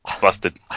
Busted